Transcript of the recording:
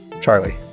Charlie